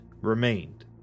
remained